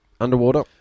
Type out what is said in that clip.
underwater